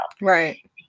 Right